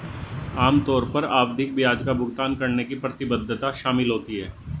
आम तौर पर आवधिक ब्याज का भुगतान करने की प्रतिबद्धता शामिल होती है